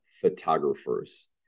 photographers